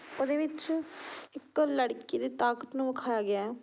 ਉਹਦੇ ਵਿੱਚ ਇੱਕ ਲੜਕੀ ਦੀ ਤਾਕਤ ਨੂੰ ਵਿਖਾਇਆ ਗਿਆ